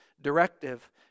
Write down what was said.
directive